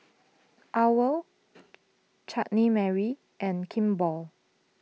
Owl Chutney Mary and Kimball